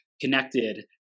connected